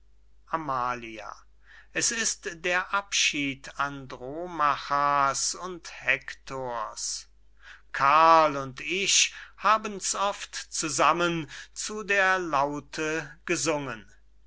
amalia es ist der abschied andromachas und hektors karl und ich haben's oft zusammen zu der laute gesungen